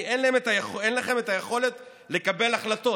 כי אין לכם את היכולת לקבל החלטות.